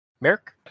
Merrick